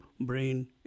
brain